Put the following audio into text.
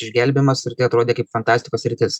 išgelbėjimas irgi atrodė kaip fantastikos sritis